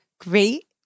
Great